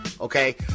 okay